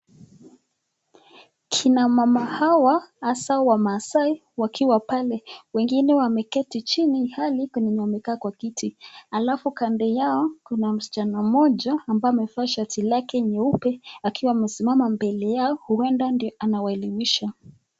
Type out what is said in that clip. Kina mama hawa hasa wamaasai wakiwa pale wengine wamaketi chini, ilhali kuna wenye wamekaa kwa kiti, alafu kando yao kuna na mschana mmoja ambayo amevaa shati lake nyeupe akiwa amesimama mbele huenda ni yeye ndio anawaelimisha.